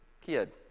kid